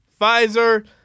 Pfizer